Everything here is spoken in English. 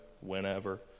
whenever